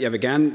Jeg vil gerne